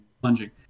plunging